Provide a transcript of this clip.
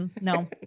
no